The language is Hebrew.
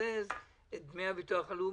מקזז את דמי הביטוח הלאומי,